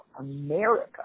America